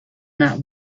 not